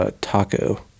taco